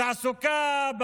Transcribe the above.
בתעסוקה,